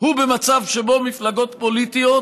הוא במצב שבו מפלגות פוליטיות